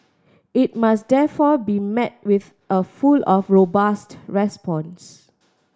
it must therefore be met with a full of robust response